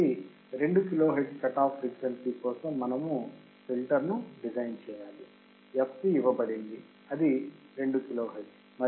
కాబట్టి 2 kilohertz cut off frequency కోసం మనము ఫిల్టర్ను డిజైన్ చేయాలి fc ఇవ్వబడింది అది 2 కిలోహెర్ట్జ్